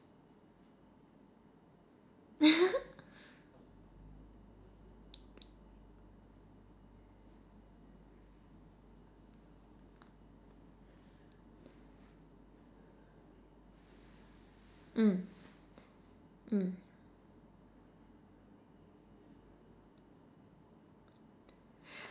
mm mm